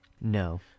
No